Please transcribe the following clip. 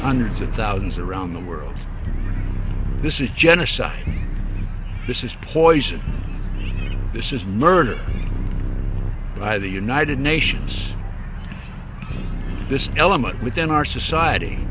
hundreds of thousands around the world this is genocide and this is poison this is nurtured by the united nations this element within our society